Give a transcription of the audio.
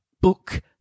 book